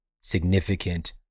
significant